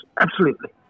absolutely